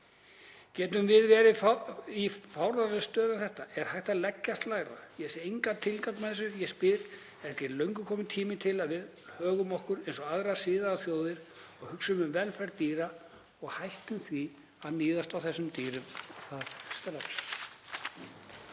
Getum við verið í fáránlegri stöðu en þetta? Er hægt að leggjast lægra? Ég sé engan tilgang með þessu. Ég spyr: Er ekki löngu kominn tími til að við högum okkur eins og aðrar siðaðar þjóðir og hugsum um velferð dýra og hættum að níðast á þessum dýrum og það strax?